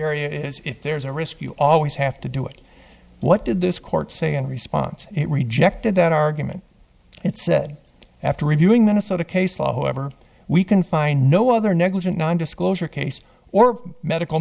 area is if there is a risk you always have to do it what did this court say in response it rejected that argument and said after reviewing minnesota case law however we can find no other negligent nondisclosure case or medical